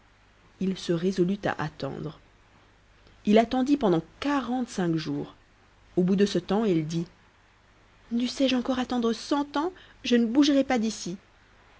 il se résolut à attendre il attendit pendant quarante-cinq jours au bout de ce temps il dit dussé-je encore attendre cent ans je ne bougerai pas d'ici